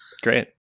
Great